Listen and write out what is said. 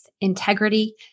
Integrity